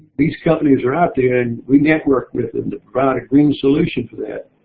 these companies are out there and we network with them to provide green solutions to that.